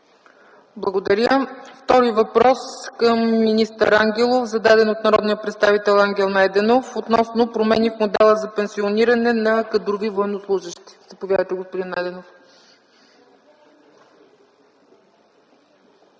Благодаря. Втори въпрос към министър Ангелов, зададен от народния представител Ангел Найденов, относно промени в модела за пенсиониране на кадрови военнослужещи. Заповядайте, господин Найденов.